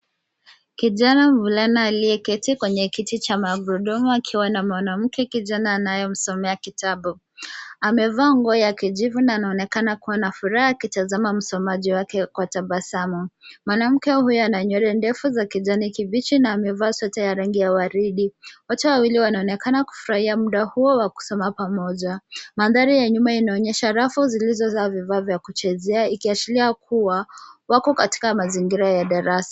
Kijana mvulana aliyeketi kwenye kiti cha magurudumu akiwa na mwanamke kijana anayemsomea kitabu. Amevaa nguo ya kijivu na anaonekana kuwa na furaha akitazama msomaji wake kwa tabasamu. Mwanamke huyo ana nywele ndefu za kijani kibichi na amevaa sweta ya rangi ya waridi. Wote wawili wanaonekana kufurahia muda huo wa kusoma pamoja. Mandhari ya nyuma inaonyesha rafu zilizozaa vifaa za kuchezea, ikiashiria kuwa wako katika mazingira ya darasa.